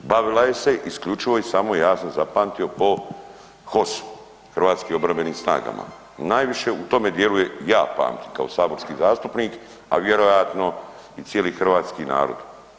Bavila se je isključivo i samo ja sam zapamtio po HOS-u, Hrvatskim obrambenim snagama, najviše u tome dijelu je ja pamtim kao saborski zastupnik, a vjerojatno i cijeli hrvatski narod.